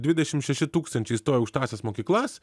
dvidešim šeši tūkstančiai įstojo į aukštąsias mokyklas